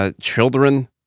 Children